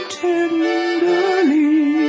tenderly